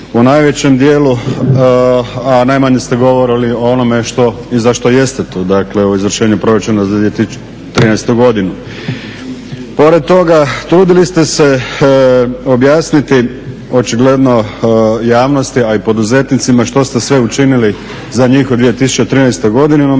u najvećem dijelu a najmanje ste govorili o onome što i za što jeste tu, dakle o izvršenju proračuna za 2013. godinu. Pored toga, trudili ste se objasniti očigledno javnosti a i poduzetnicima što ste sve učinili za njih u 2013. godini